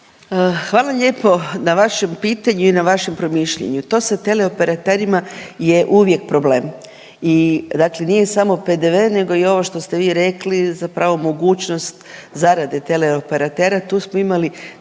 Hvala lijepo na vašem pitanju i na vašem promišljanju. To sa teleoperaterima je uvijek problem i dakle nije samo PDV nego i ovo što ste vi rekli zapravo mogućnost zarade teleoperatera,